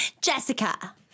Jessica